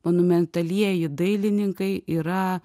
monumentalieji dailininkai yra